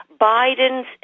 Biden's